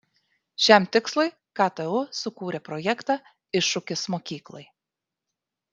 šiam tikslui ktu sukūrė projektą iššūkis mokyklai